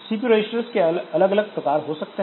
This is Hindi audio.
सीपीयू रजिस्टर्स के अलग अलग प्रकार हो सकते हैं